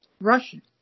Russian